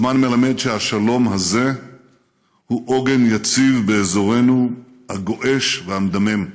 הזמן מלמד שהשלום הזה הוא עוגן יציב באזורנו הגועש והמדמם.